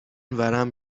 ورم